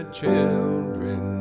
children